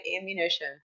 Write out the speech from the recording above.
ammunition